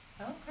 Okay